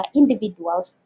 individuals